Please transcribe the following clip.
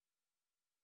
לעצמאים.